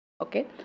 okay